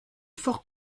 fort